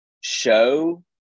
show